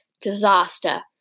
disaster